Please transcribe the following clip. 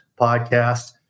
podcast